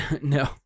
No